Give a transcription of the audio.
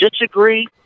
disagree